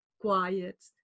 quiet